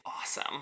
awesome